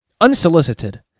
unsolicited